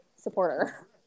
supporter